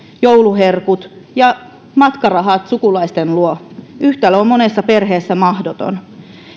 jouluherkut ja matkarahat sukulaisten luo yhtälö on monessa perheessä mahdoton